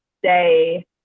stay